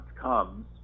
comes